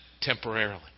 temporarily